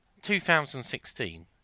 2016